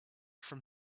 from